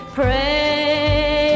pray